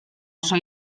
oso